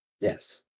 Yes